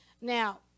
Now